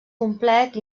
complet